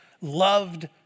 loved